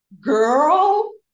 girl